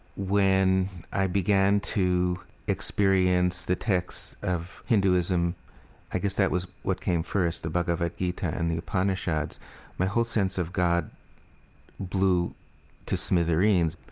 when i began to experience the texts of hinduism i guess that was what came first, the bhagavad gita and the upanishads my whole sense of god blew to smithereens.